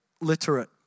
literate